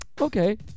Okay